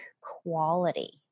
quality